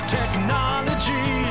technology